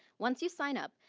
once you sign up,